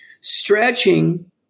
stretching